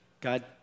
God